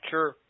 Sure